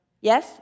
Yes